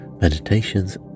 meditations